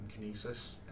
Kinesis